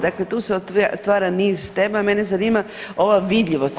Dakle tu se otvara niz tema, mene zanima ova vidljivost.